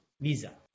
visa